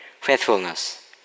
faithfulness